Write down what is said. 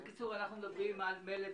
אנחנו מדברים על מלט